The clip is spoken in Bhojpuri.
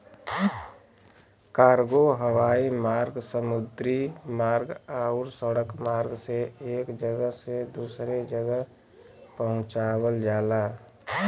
कार्गो हवाई मार्ग समुद्री मार्ग आउर सड़क मार्ग से एक जगह से दूसरे जगह पहुंचावल जाला